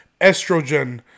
estrogen